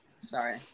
Sorry